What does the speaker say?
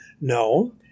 no